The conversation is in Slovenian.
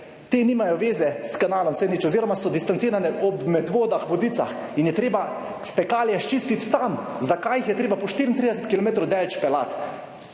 te nimajo veze s kanalom C0 oziroma so distancirane ob Medvodah, Vodicah. In je treba fekalije sčistiti tam. Zakaj jih je treba po 34 kilometrov